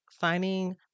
finding